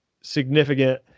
significant